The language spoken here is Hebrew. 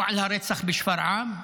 או על הרצח בשפרעם?